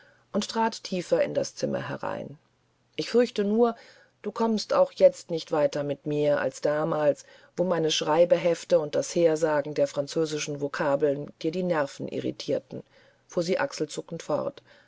und trat tiefer in das zimmer herein ich fürchte nur du kommst auch jetzt nicht weiter mit mir als damals wo meine schreibehefte und das hersagen der französischen vokabeln dir die nerven irritierten fuhr sie achselzuckend fort